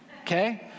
okay